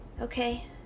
Okay